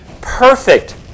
perfect